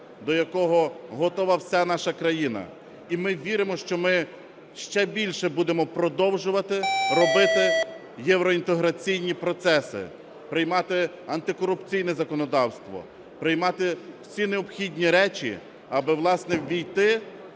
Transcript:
до якого готова вся наша країна. І ми віримо, що ми ще більше будемо продовжувати робити євроінтеграційні процеси, приймати антикорупційне законодавство, приймати всі необхідні речі, аби, власне, ввійти